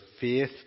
faith